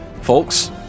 folks